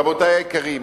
רבותי היקרים,